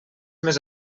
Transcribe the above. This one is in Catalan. més